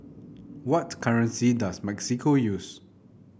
what currency does Mexico use